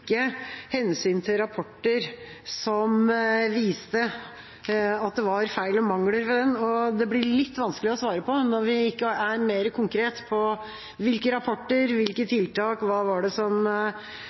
hensyn til rapporter som viste at det var feil og mangler ved den. Det blir litt vanskelig å svare på når man ikke er mer konkret på hvilke rapporter, hvilke